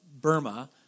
Burma